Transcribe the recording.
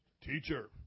Teacher